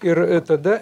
ir tada